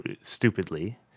stupidly